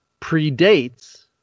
predates